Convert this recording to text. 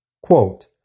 Quote